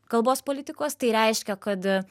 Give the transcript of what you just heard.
kalbos politikos tai reiškia kad